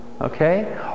Okay